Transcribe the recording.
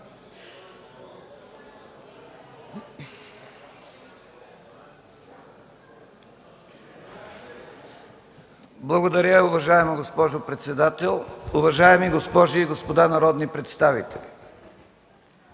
Благодаря, уважаема госпожо председател. Уважаеми госпожи и господа народни представители!